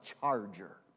charger